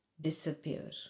disappear